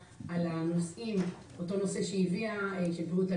וכנהוג אצלכם כל מכתב שמגיע אלי,